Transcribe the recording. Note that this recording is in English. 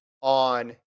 on